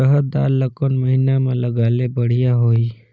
रहर दाल ला कोन महीना म लगाले बढ़िया होही?